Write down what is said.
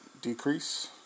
decrease